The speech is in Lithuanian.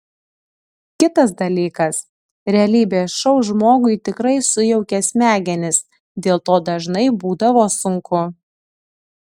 kitas dalykas realybės šou žmogui tikrai sujaukia smegenis dėl to dažnai būdavo sunku